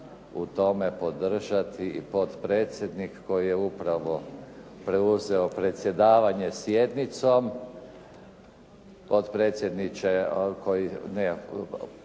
u tome podržati i potpredsjednik koji je upravo preuzeo predsjedavanje sjednicom.